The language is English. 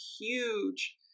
huge